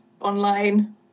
online